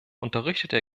unterrichtete